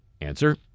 Answer